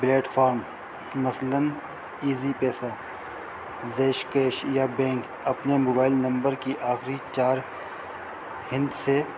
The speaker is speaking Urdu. پلیٹ فم مثلاً ایزی پیسہ زیشکیش یا بینک اپنے موبائل نمبر کی آخری چار ہند سے